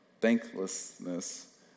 Thanklessness